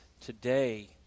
today